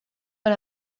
per